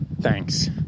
Thanks